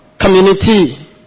community